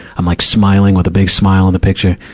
i'm like smiling with a big smile in the picture.